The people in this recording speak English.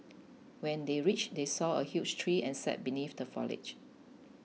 when they reached they saw a huge tree and sat beneath the foliage